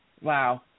wow